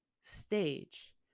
stage